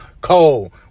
Cole